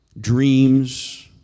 dreams